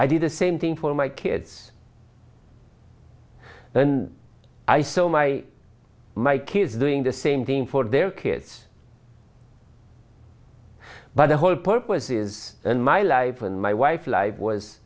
i did the same thing for my kids then i saw my my kids doing the same thing for their kids but the whole purpose is and my live and my wife live was